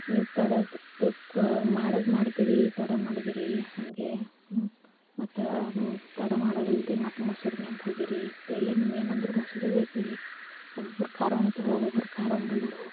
ನೀವು ತಡ ಆಯ್ತು ಮಾಡೋದು ಮಾಡ್ತೀರಿ ತಡ ಮಾಡಿದ್ರೆ ಹಂಗೆ ಮತ್ತೆ ತಡ ಮಾಡೋದಲ್ದೆ ಮತ್ತೆ ಮೊಸರು ನೆನಪು ಹೋಗಿರಿ ಪೈಲೆ ಮೇನ್ ಅಂದ್ರೆ ಮೊಸರೆ ಬೇಕುರೀ ಒಬ್ಬೊಬ್ರು ಖಾರ ಉಣ್ತೇವೆ ಒಬ್ಬೊಬ್ರು ಖಾರ ಉಣ್ಣೋಲ್ಲರು